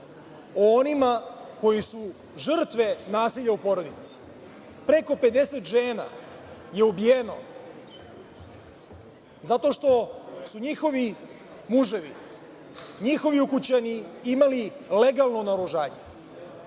o onima koji su žrtve nasilja u porodici. Preko 50 žena je ubijeno zato što su njihovi muževi, njihovi ukućani imali legalno naoružanje.